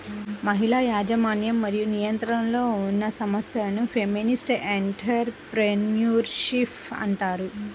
మహిళల యాజమాన్యం మరియు నియంత్రణలో ఉన్న సంస్థలను ఫెమినిస్ట్ ఎంటర్ ప్రెన్యూర్షిప్ అంటారు